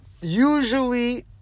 usually